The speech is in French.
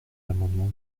l’amendement